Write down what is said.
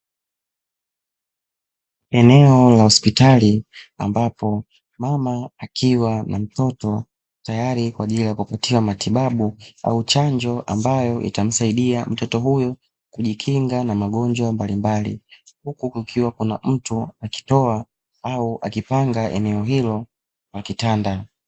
Eneo la hospitali ambapo mama akiwa na mtoto tayari kwaajili ya kupatiwa matibabu au chanjo ambayo itamsaidia mtoto huyo kujikinga na magonjwa mbalimbali, huku kukiwa na kina mtu akitoa au akipanga eneo hilo la kitanda.